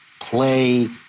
play